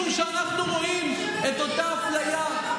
משום שאנחנו רואים את אותה אפליה,